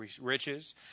riches